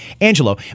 Angelo